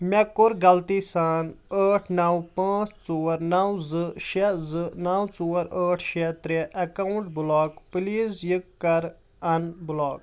مےٚ کوٚر غلطی سان ٲٹھ نَو پانٛژھ ژور نَو زٕ شےٚ زٕ نَو ژور ٲٹھ شےٚ ترٛےٚ اکاونٹ بلاک پلیٖز یہِ کَر اَن بلاک